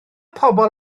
pobl